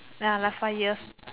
ya last five years